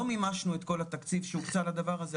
לא מימשנו את כל התקציב שהוקצה לדבר הזה.